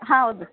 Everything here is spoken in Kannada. ಹೌದು ಸರ್